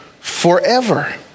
forever